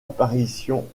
apparition